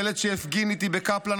ילד שהפגין איתי בקפלן,